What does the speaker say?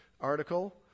article